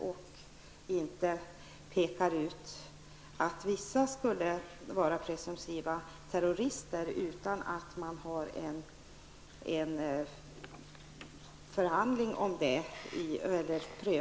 Man pekar inte ut att vissa skulle vara presumtiva terrorister utan att pröva det i domstol.